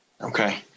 Okay